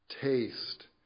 taste